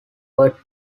were